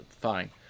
fine